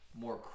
more